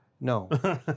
No